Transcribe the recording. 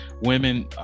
women